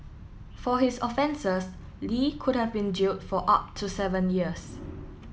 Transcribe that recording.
for his offences Li could have been jail for up to seven years